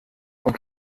und